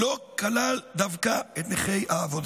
לא כלל דווקא את נכי העבודה,